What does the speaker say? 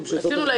התחושה הזאת של